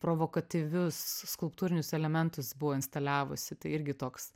provokatyvius skulptūrinius elementus buvo instaliavusi tai irgi toks